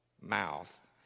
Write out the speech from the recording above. mouth